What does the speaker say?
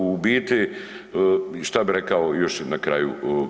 U biti, šta bi rekao još na kraju?